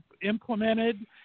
implemented